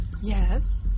Yes